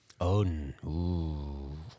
Odin